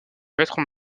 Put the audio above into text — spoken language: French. maître